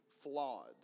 flawed